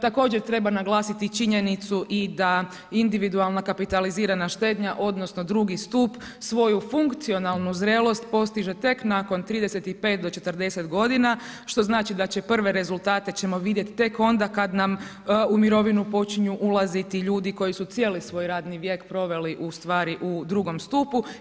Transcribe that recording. Također treba naglasiti činjenicu i da individualna kapitalizirana štednja odnosno drugi stup svoju funkcionalnu zrelost postiže tek nakon 35 do 40 godina što znači da ćemo prve rezultate vidjeti tek onda kada nam u mirovinu počinju ulaziti ljudi koji su cijeli svoj radni vijek proveli ustvari u drugom stupu.